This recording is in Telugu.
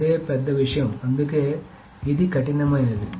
అదే పెద్ద విషయం అందుకే ఇది కఠినమైనది